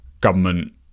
government